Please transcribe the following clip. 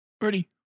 ready